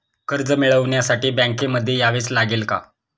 कर्ज मिळवण्यासाठी बँकेमध्ये यावेच लागेल का?